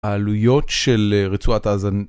העלויות של רצועת עזה.